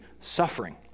suffering